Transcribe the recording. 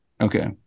Okay